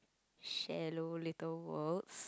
shallow little world